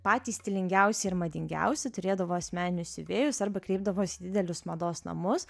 patys stilingiausi ir madingiausi turėdavo asmeninius siuvėjus arba kreipdavosi į didelius mados namus